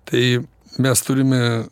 tai mes turime